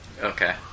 Okay